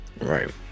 right